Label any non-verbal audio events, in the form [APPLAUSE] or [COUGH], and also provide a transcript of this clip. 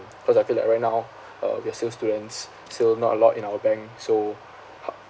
cause I feel like right now uh we are still students still not a lot in our bank so [NOISE]